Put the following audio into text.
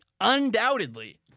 undoubtedly